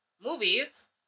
movies